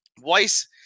Weiss